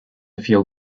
feel